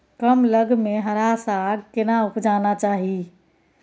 कम लग में हरा साग केना उपजाना चाही?